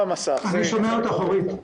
שומע אותך, אורית.